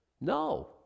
No